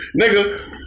nigga